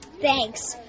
Thanks